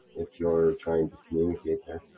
if you are trying to communicate there.